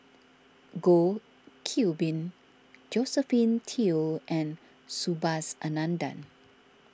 Goh Qiu Bin Josephine Teo and Subhas Anandan